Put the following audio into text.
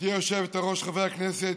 גברתי היושבת-ראש, חברי הכנסת,